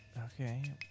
Okay